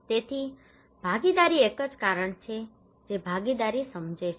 તેથી ભાગીદારી એક જ કારણ છે કે જે ભાગીદારી સમજે છે